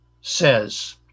says